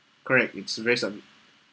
correctly it's to raise some